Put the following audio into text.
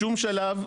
בשום שלב,